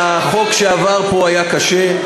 אני מבין שהחוק שעבר פה היה קשה,